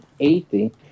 80